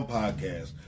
podcast